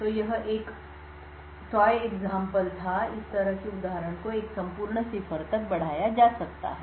तो यह एक खिलौना उदाहरण था और इस तरह के उदाहरण को एक संपूर्ण सिफर तक बढ़ाया जा सकता है